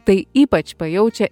tai ypač pajaučia